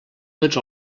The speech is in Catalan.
tots